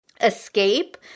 escape